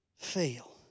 fail